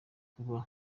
kuba